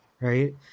right